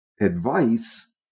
Advice